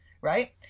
right